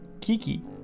Kiki